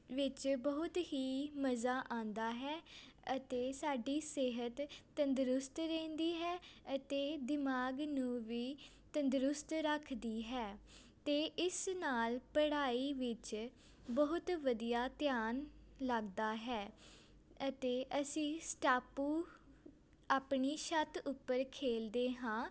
ਵਿੱਚ ਬਹੁਤ ਹੀ ਮਜ਼ਾ ਆਉਂਦਾ ਹੈ ਅਤੇ ਸਾਡੀ ਸਿਹਤ ਤੰਦਰੁਸਤ ਰਹਿੰਦੀ ਹੈ ਅਤੇ ਦਿਮਾਗ ਨੂੰ ਵੀ ਤੰਦਰੁਸਤ ਰੱਖਦੀ ਹੈ ਅਤੇ ਇਸ ਨਾਲ ਪੜ੍ਹਾਈ ਵਿੱਚ ਬਹੁਤ ਵਧੀਆ ਧਿਆਨ ਲੱਗਦਾ ਹੈ ਅਤੇ ਅਸੀਂ ਸਟਾਪੂ ਆਪਣੀ ਛੱਤ ਉੱਪਰ ਖੇਲਦੇ ਹਾਂ